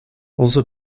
also